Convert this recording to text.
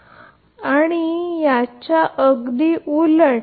तर अगदी याच्या अगदी उलट